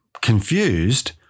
confused